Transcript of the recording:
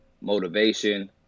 motivation